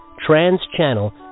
trans-channel